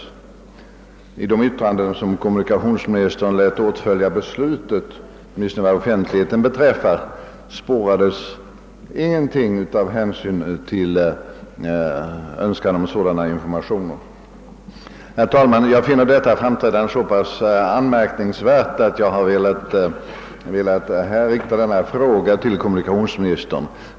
I de offentliga yttranden som kommunikationsministern lät åtfölja beslutet spårades ingenting av hänsyn till önskan om sådana informationer. Herr talman! Jag finner detta uppträdande så pass anmärkningsvärt, att jag har velat rikta denna fråga till kommunikationsministern.